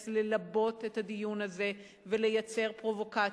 ללבות את הדיון הזה ולייצר פרובוקציות.